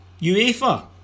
UEFA